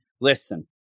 listen